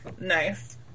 Nice